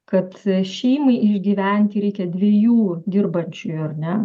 kad šeimai išgyventi reikia dviejų dirbančiųjų ar ne